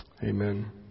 Amen